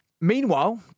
Meanwhile